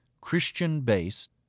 Christian-based